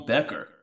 Becker